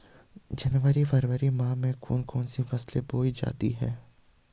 जनवरी फरवरी माह में कौन कौन सी फसलें बोई जाती हैं?